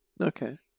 okay